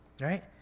Right